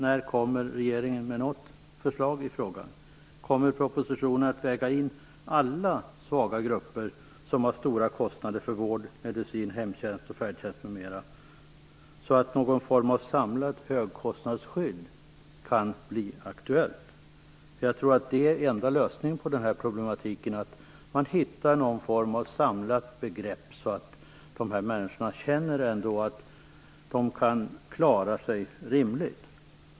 När kommer regeringen med ett förslag i frågan? Kommer man i propositionen att väga in alla svaga grupper som har stora kostnader för vård, medicin, hemtjänst, färdtjänst, m.m., så att någon form av samlat högkostnadsskydd kan bli aktuellt? Jag tror nämligen att den enda vägen att gå här är att man hittar någon form av samlad lösning, så att de här människorna känner att de kan klara sig rimligt.